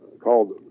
called